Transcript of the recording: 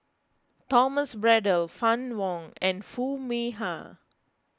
Thomas Braddell Fann Wong and Foo Mee Har